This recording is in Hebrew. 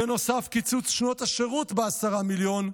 בנוסף, קיצוץ שנות השירות ב-10 מיליון,